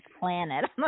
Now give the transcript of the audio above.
planet